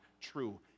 true